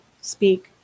speak